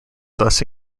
thus